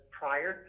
prior